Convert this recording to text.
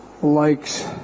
Likes